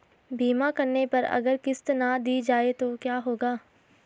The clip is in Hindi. बीमा करने पर अगर किश्त ना दी जाये तो क्या होगा?